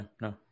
no